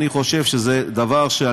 אני חושב שזה דבר ש,